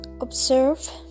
observe